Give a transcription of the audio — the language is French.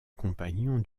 compagnon